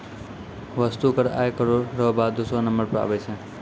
वस्तु कर आय करौ र बाद दूसरौ नंबर पर आबै छै